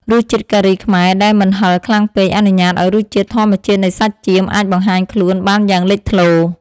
រសជាតិការីខ្មែរដែលមិនហឹរខ្លាំងពេកអនុញ្ញាតឱ្យរសជាតិធម្មជាតិនៃសាច់ចៀមអាចបង្ហាញខ្លួនបានយ៉ាងលេចធ្លោ។